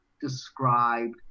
described